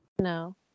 No